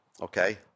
Okay